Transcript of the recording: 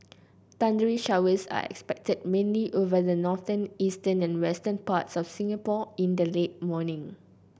thundery showers are expected mainly over the northern eastern and western parts of Singapore in the late morning